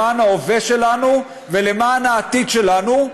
למען ההווה שלנו ולמען העתיד שלנו.